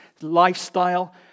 lifestyle